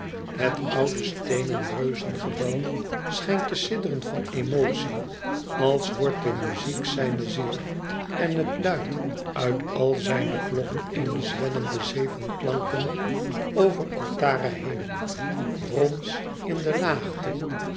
het oude steenen reuzengebouw schijnt te sidderen van emotie als wordt de muziek zijne ziel en het luidt uit al zijne klokken eene zwellende zee van klanken over altara heen brons in de laagte